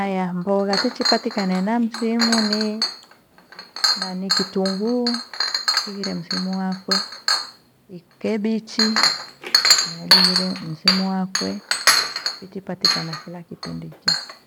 Mbogha techipatikana ena msimu ni- na kitunguu kheghire msimu wakwee, iikebichi nailighire msimu wakwe ikipatikana kila kipindi ikyo.